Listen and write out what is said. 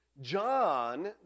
John